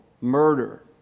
murder